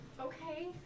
Okay